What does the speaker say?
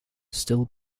still